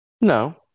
No